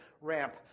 ramp